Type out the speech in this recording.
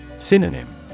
Synonym